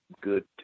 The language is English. good